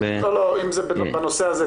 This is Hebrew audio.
לא, אלא אם זה בנושא שלפנינו.